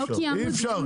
אי אפשר.